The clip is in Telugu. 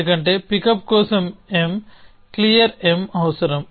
ఎందుకంటే పికప్ కోసం m clear అవసరం